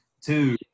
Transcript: Two